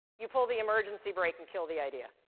you pull the emergency brake and kill the idea.